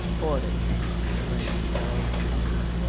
toward it instantly sprang the yellow tongues.